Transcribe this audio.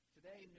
Today